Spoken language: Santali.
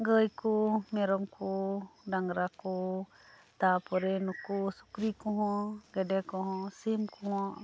ᱜᱟᱹᱭ ᱠᱚ ᱢᱮᱨᱚᱢ ᱠᱚ ᱰᱟᱝᱨᱟ ᱠᱚ ᱛᱟᱯᱚᱨᱮ ᱱᱩᱠᱩ ᱥᱩᱠᱨᱤ ᱠᱚᱦᱚᱸ ᱜᱮᱰᱮ ᱠᱚᱦᱚᱸ ᱥᱤᱢ ᱠᱚᱦᱚᱸ